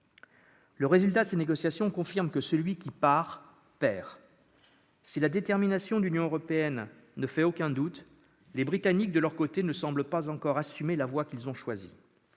Le résultat de ces négociations confirme que celui qui part perd. Si la détermination de l'Union européenne ne fait aucun doute, de leur côté, les Britanniques ne semblent pas encore assumer la voie qu'ils ont choisie.